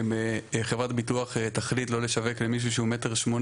אם חברת הביטוח תחליט לא לשווק למישהו שהוא 1.80 מטר,